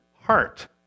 heart